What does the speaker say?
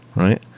right?